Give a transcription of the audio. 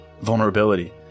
vulnerability